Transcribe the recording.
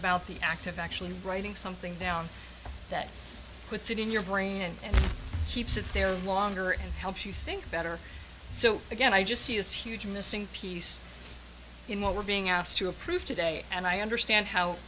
about the act of actually writing something down that puts it in your brain and keeps it there longer and helps you think better so again i just see this huge missing piece in what we're being asked to approve today and i understand how